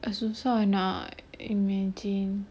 ah susah nak imagine